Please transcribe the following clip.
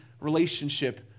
relationship